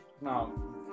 no